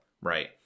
right